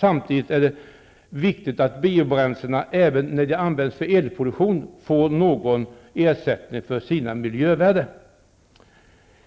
Samtidigt är det viktigt att biobränslena även när de användes för elproduktion får någon ersättning för sina miljöfördelar.